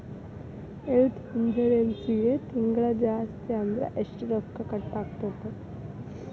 ಹೆಲ್ತ್ಇನ್ಸುರೆನ್ಸಿಗೆ ತಿಂಗ್ಳಾ ಜಾಸ್ತಿ ಅಂದ್ರ ಎಷ್ಟ್ ರೊಕ್ಕಾ ಕಟಾಗ್ತದ?